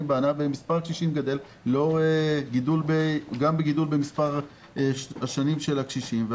בענף ומספר הקשישים גדל לאור גידול במספר השנים שהקשישים חיים,